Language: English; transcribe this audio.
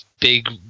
big